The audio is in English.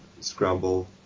scramble